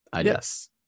Yes